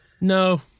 No